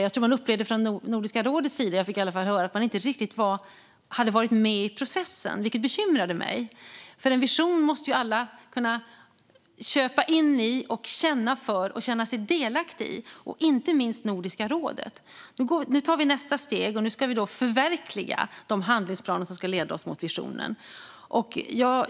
Jag tror att man från Nordiska rådets sida upplevde - jag fick i alla fall höra det - att man inte riktigt hade varit med i processen. Det bekymrade mig, för en vision måste ju alla kunna köpa in i, känna för och känna sig delaktiga i, inte minst Nordiska rådet. Nu tar vi nästa steg, och nu ska vi förverkliga de handlingsplaner som ska leda oss mot visionen.